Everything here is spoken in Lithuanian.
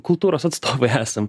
kultūros atstovai esam